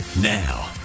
Now